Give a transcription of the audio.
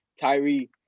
Tyree